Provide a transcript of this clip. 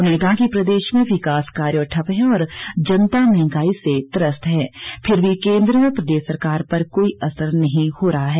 उन्होंने कहा कि प्रदेश में विकास कार्य ठप्प हैं और जनता मंहगाई से त्रस्त है फिर भी केन्द्र और प्रदेश सरकार पर कोई असर नहीं हो रहा है